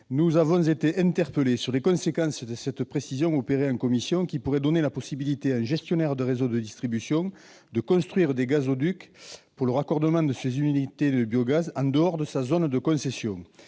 nous avons été interpellés sur les conséquences de cette modification apportée par la commission, qui pourrait permettre à un gestionnaire de réseau de distribution de construire des gazoducs pour le raccordement de ces unités de biogaz en dehors de sa zone de concession.